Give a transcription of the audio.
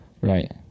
Right